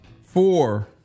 four